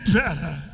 better